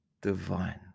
divine